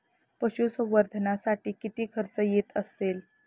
पशुसंवर्धनासाठी किती खर्च येत असेल?